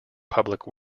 public